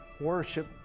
Worship